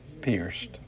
Pierced